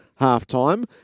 halftime